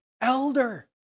elder